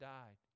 died